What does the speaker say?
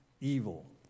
evil